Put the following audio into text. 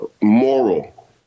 moral